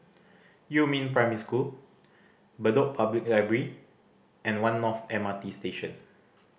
Yumin Primary School Bedok Public Library and One North M R T Station